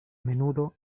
menudo